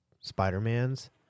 Spider-Mans